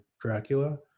Dracula